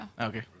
Okay